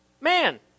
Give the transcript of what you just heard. Man